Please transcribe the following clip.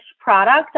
product